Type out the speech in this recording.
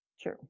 True